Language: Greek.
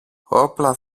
όπλα